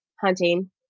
hunting